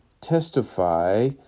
testify